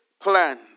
plan